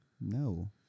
No